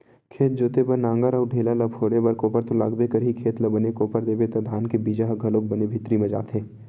खेत जोते बर नांगर अउ ढ़ेला ल फोरे बर कोपर तो लागबे करही, खेत ल बने कोपर देबे त धान पान के बीजा ह घलोक बने भीतरी म जाथे